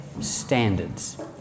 standards